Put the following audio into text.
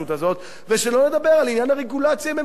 ושלא לדבר על עניין הרגולציה עם אמצעי התקשורת,